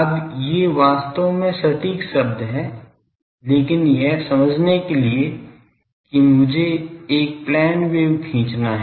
अब ये वास्तव में सटीक शब्द हैं लेकिन यह समझने के लिए कि मुझे एक प्लेन वेव खींचना है